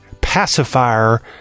pacifier